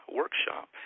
workshop